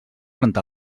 rentar